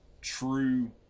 true